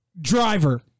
driver